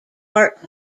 part